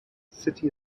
city